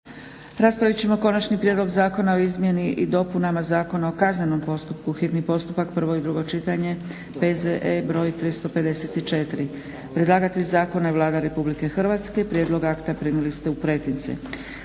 Raspravit ćemo - Konačni prijedlog Zakona o izmjeni i dopunama Zakona o kaznenom postupku, hitni postupak, prvo i drugo čitanje, P.Z.E. br. 354; Predlagatelj zakona je Vlada Republike Hrvatske. Prijedlog akta primili ste u pretince.